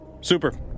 Super